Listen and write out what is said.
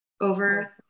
over